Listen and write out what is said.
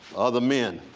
other men,